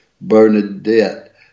Bernadette